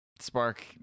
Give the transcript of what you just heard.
Spark